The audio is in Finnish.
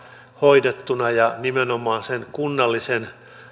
hoidettuna ja nimenomaan kunnallisen